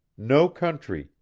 no country,